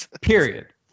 period